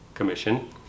Commission